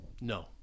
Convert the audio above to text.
No